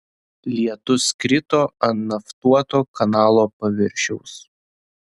lietus krito ant naftuoto kanalo paviršiaus